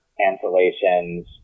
cancellations